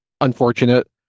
unfortunate